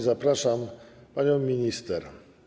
Zapraszam panią minister.